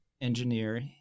engineer